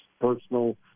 personal